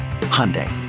Hyundai